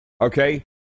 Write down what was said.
okay